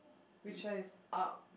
which side is up